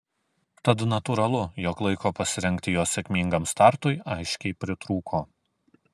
tad natūralu jog laiko pasirengti jo sėkmingam startui aiškiai pritrūko